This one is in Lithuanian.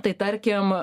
tai tarkim